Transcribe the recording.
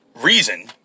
reason